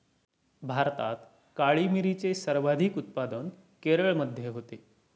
भारतात काळी मिरीचे सर्वाधिक उत्पादन केरळमध्ये होते